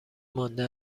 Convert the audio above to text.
مانده